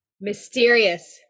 Mysterious